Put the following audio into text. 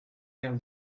our